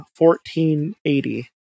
1480